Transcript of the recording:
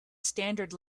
standard